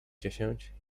dziesięć